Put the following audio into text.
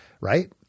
right